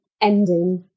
ending